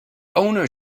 owner